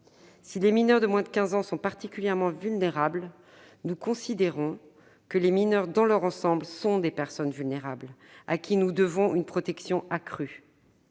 Si les mineurs de 15 ans sont particulièrement vulnérables, nous considérons que les mineurs, dans leur ensemble, sont des personnes vulnérables à qui nous devons une protection accrue.